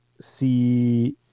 see